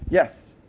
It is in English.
yes?